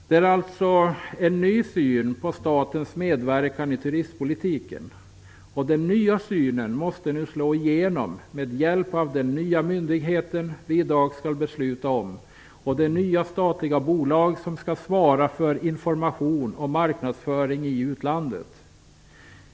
Det är alltså en ny syn på statens medverkan i turistpolitiken. Den nya synen måste nu slå igenom med hjälp av den nya myndighet som vi i dag skall besluta om och det nya statliga bolag som skall svara för information och marknadsföring i utlandet.